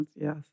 yes